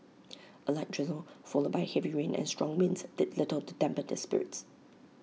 A light drizzle followed by heavy rain and strong winds did little to dampen their spirits